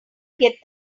get